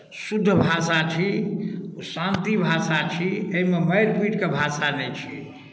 शुद्ध भाषा छी ओ शांति भाषा छी एहिमे मारि पीटके भाषा नहि छी